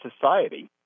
society